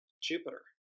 Jupiter